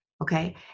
Okay